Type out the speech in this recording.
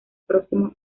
próximo